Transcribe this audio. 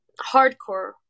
Hardcore